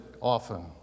often